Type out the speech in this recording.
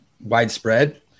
widespread